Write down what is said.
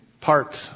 parts